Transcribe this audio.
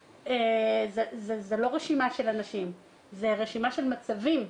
זאת לא רשימה של אנשים אלא זאת רשימה של מצבים.